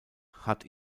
hat